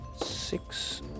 six